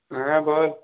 হ্যাঁ বল